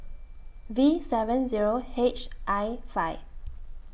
V seven Zero H I five